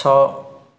ଛଅ